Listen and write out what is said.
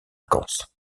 vacances